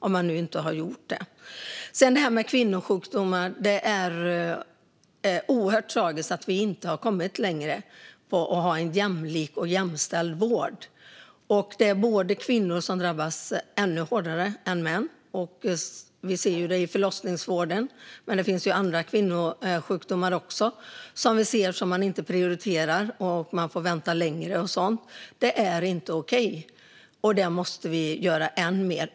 Sedan kommer vi till frågan om kvinnosjukdomar. Det är oerhört tragiskt att vi inte har kommit längre med att skapa en jämlik och jämställd vård. Kvinnor drabbas ännu hårdare än män. Vi ser det i förlossningsvården, men det finns även andra kvinnosjukdomar som inte prioriteras. Kvinnorna får vänta längre, och det är inte okej. Där måste vi göra än mer.